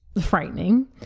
frightening